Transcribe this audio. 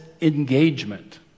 engagement